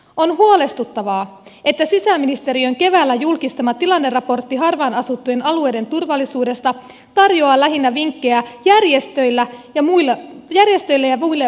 on huolestuttavaa että sisäministeriön keväällä julkistama tilanneraportti harvaan asuttujen alueiden turvallisuudesta tarjoaa lähinnä vinkkejä järjestöille ja muille vapaaehtoisille